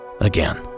Again